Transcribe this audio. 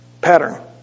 pattern